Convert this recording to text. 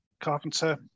Carpenter